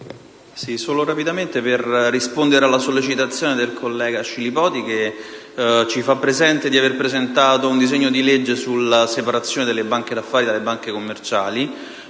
intervengo per rispondere alla sollecitazione del collega Scilipoti, che ci fa presente di avere presentato un disegno di legge sulla separazione tra banche d'affari e banche commerciali.